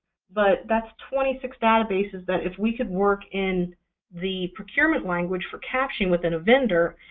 but that's twenty six databases that if we could work in the procurement language for captioning within a vendor,